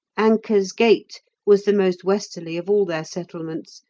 anker's gate was the most westerly of all their settlements,